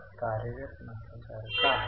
यानंतर गुंतवणुकीच्या कामकाजापासून कॅश फ्लो आहे